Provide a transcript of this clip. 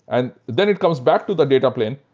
and then it comes back to the data plane,